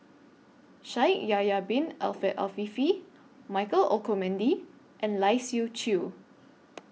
Shaikh Yahya Bin Ahmed Afifi Michael Olcomendy and Lai Siu Chiu